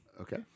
Okay